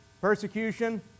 Persecution